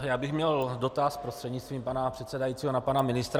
Já bych měl dotaz prostřednictvím pana předsedajícího na pana ministra.